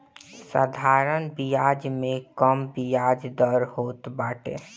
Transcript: साधारण बियाज में कम बियाज दर होत बाटे